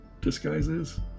disguises